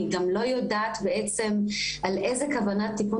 אני גם לא יודעת בעצם על איזה כוונת תיקון